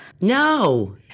No